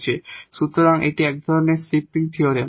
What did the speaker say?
সুতরাং সুতরাং এটি এক ধরণের সিফটিং থিওরেম